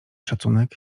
szacunek